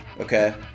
Okay